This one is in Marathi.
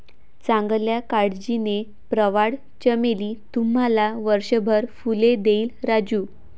चांगल्या काळजीने, प्रवाळ चमेली तुम्हाला वर्षभर फुले देईल राजू